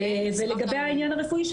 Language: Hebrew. לגבי העניין הרפואי,